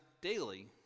daily